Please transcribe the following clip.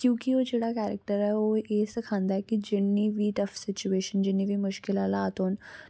क्युंकि एह् जेह्ड़ा करैक्टर ऐ एह् सखांदा की जिन्नी बी टफ सिचूएशन जिन्नी बी मुश्कल हलात होन